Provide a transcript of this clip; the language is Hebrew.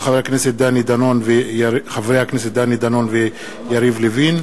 מאת חברי הכנסת דני דנון ויריב לוין,